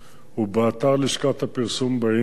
ובאתר לשכת הפרסום באינטרנט